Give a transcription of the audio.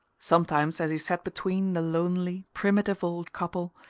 sometimes, as he sat between the lonely primitive old couple,